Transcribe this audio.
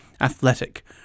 athletic